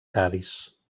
cadis